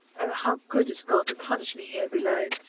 oh, how good is god to punish me here below!